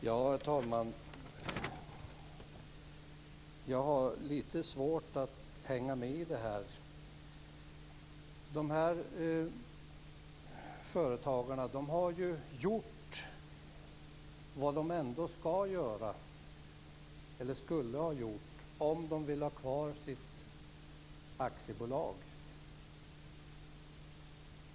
Herr talman! Jag har litet svårt att hänga med i resonemanget. De här företagarna har ju gjort vad de ändå skulle ha gjort om de ville ha kvar sitt aktiebolag.